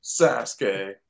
Sasuke